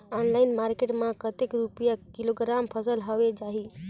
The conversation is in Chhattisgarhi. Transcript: ऑनलाइन मार्केट मां कतेक रुपिया किलोग्राम फसल हवे जाही?